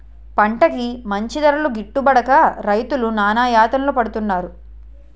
పంటకి మంచి ధరలు గిట్టుబడక రైతులు నానాయాతనలు పడుతున్నారు